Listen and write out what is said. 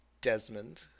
Desmond